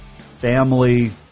family